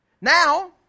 Now